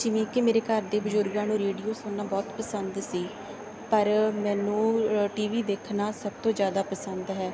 ਜਿਵੇਂ ਕਿ ਮੇਰੇ ਘਰ ਦੇ ਬਜ਼ੁਰਗਾਂ ਨੂੰ ਰੇਡੀਓ ਸੁਣਨਾ ਬਹੁਤ ਪਸੰਦ ਸੀ ਪਰ ਮੈਨੂੰ ਟੀ ਵੀ ਦੇਖਣਾ ਸਭ ਤੋਂ ਜ਼ਿਆਦਾ ਪਸੰਦ ਹੈ